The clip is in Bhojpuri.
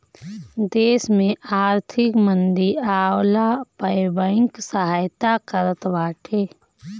देस में आर्थिक मंदी आवला पअ बैंक सहायता करत बाटे